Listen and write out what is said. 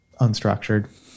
unstructured